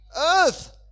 earth